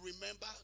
remember